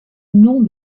nom